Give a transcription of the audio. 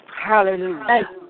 Hallelujah